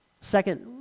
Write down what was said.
Second